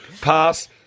Pass